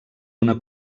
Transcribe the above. una